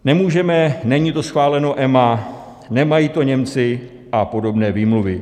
Nemůžeme, není to schváleno EMA, nemají to Němci a podobné výmluvy.